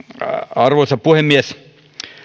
arvoisa puhemies